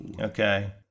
Okay